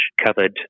covered